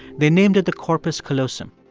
they named it the corpus callosum.